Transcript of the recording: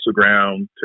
Instagram